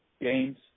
games